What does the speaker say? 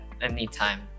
anytime